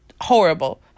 horrible